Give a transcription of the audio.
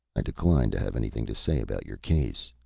i decline to have anything to say about your case,